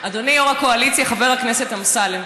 אדוני יו"ר הקואליציה חבר הכנסת אמסלם,